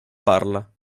parla